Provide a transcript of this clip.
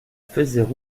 faisaient